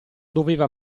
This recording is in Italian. doveva